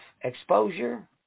exposure